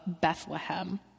Bethlehem